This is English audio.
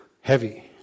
heavy